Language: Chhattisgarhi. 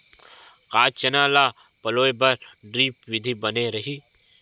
का चना ल पलोय बर ड्रिप विधी बने रही?